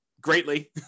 greatly